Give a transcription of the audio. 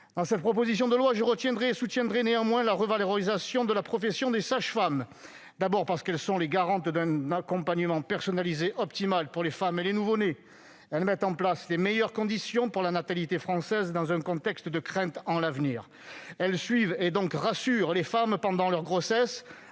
Dans cette proposition de loi je retiendrai et soutiendrai néanmoins la revalorisation de la profession de sage-femme. En effet, les sages-femmes sont les garantes d'un accompagnement personnalisé optimal pour les femmes et les nouveau-nés. Elles mettent en place les meilleures conditions pour que se développe la natalité française, dans un contexte où l'on craint pour l'avenir. Elles suivent et rassurent les femmes pendant la grossesse,